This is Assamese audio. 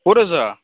ক'ত আছা